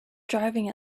driving